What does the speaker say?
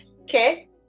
okay